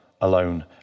alone